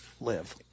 live